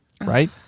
right